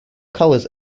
colors